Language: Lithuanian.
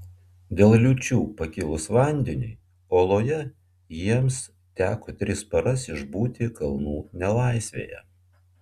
dėl liūčių pakilus vandeniui oloje jiems teko tris paras išbūti kalnų nelaisvėje